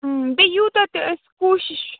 بیٚیہِ یوٗتاہ تہِ أسۍ کوٗشِش